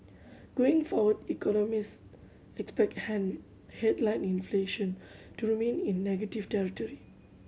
going forward economists expect headline inflation to remain in negative territory